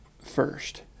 first